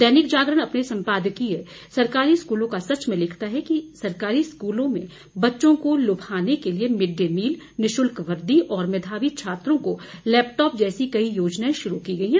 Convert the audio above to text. दैनिक जागरण अपने संपादकीय सरकारी स्कूलों का सच में लिखा है कि सरकारी स्कूलों में बच्चों को लुभाने के लिए मिड डे मिल निःशुल्क वर्दी और मेधावी छात्रों को लैपटॉप जैसी कई योजनाए शुरू की गई है